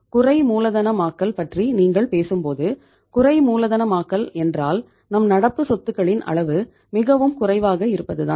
குறை மூலதனமயமாக்கல் பற்றி நீங்கள் பேசும்போது குறை மூலதனமாக்கல் என்றால் நம் நடப்பு சொத்துகளின் அளவு மிகவும் குறைவாக இருப்பது தான்